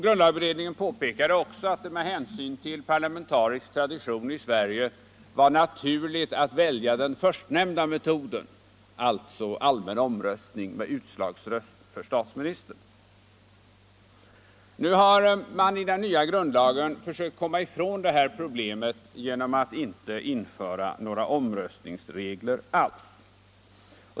Grundlagberedningen påpekade också att det med hänsyn till parlamentarisk tradition i Sverige var naturligt att välja den förstnämnda metoden -— alltså allmän omröstning med utslagsröst för statsministern. Nu har man i den nya grundlagen försökt komma ifrån detta problem genom att inte införa några omröstningsregler alls.